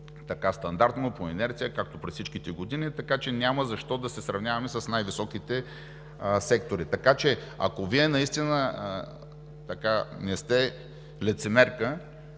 стандартно, по инерция, както през всичките години, така че няма защо да се сравняваме с най-високите сектори. Ако Вие наистина не сте лицемерка…